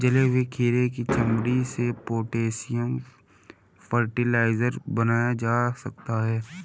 जले हुए खीरे की चमड़ी से पोटेशियम फ़र्टिलाइज़र बनाया जा सकता है